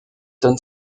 don